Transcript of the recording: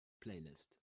playlist